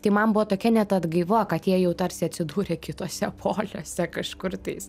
tai man buvo tokia net atgaiva kad jie jau tarsi atsidūrė kituose poliuose kažkur tais